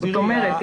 זאת אומרת,